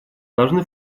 должны